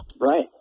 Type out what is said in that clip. Right